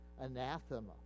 anathema